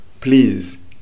please